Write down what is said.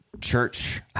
church